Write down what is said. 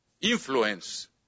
influence